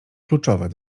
kluczowe